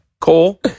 Cole